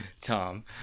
Tom